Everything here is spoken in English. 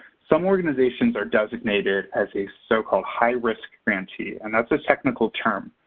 some organizations are designated as a so-called high-risk grantee and that's a technical term.